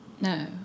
No